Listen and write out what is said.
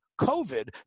COVID